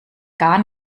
gar